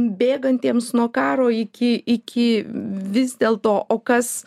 bėgantiems nuo karo iki iki vis dėlto o kas